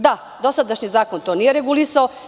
Dosadašnji zakon to nije regulisao.